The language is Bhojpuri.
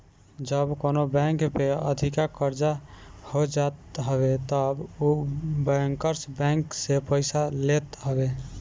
जब कवनो बैंक पे अधिका कर्जा हो जात हवे तब उ बैंकर्स बैंक से पईसा लेत हवे